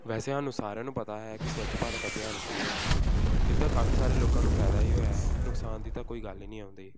ਵੈਸੇ ਸਾਨੂੰ ਸਾਰਿਆਂ ਨੂੰ ਪਤਾ ਹੈ ਕਿ ਸਵੱਛ ਭਾਰਤ ਅਭਿਆਨ ਕੀ ਹੈ ਇਸ ਦਾ ਕਾਫੀ ਸਾਰੇ ਲੋਕਾਂ ਨੂੰ ਫਾਇਦਾ ਹੀ ਹੋਇਆ ਹੈ ਨੁਕਸਾਨ ਦੀ ਤਾਂ ਕੋਈ ਗੱਲ ਹੀ ਨਹੀਂ ਆਉਂਦੀ